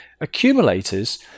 Accumulators